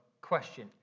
question